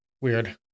weird